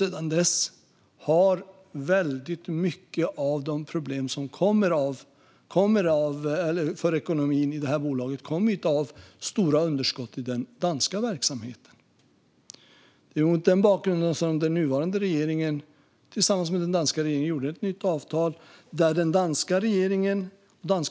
Många av de ekonomiska problemen i detta bolag kommer sig av stora underskott i den danska verksamheten. Det var mot denna bakgrund som regeringen tillsammans med den danska regeringen slöt ett nytt avtal där den danska